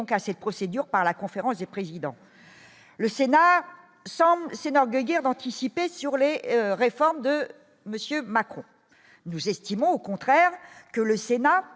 à cette procédure par la conférence des présidents, le Sénat semble Senor guéguerre d'anticiper sur les réformes de Monsieur Macron nous estimons au contraire que le Sénat